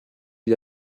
gli